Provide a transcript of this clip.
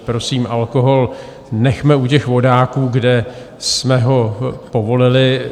Prosím, alkohol nechme u těch vodáků, kde jsme ho povolili.